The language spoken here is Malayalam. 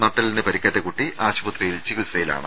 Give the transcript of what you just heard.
നട്ടെല്ലിന് പരിക്കേറ്റ കുട്ടി ആശുപത്രി യിൽ ചികിത്സയിലാണ്